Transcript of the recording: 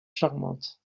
charmante